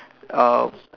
uh